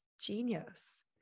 genius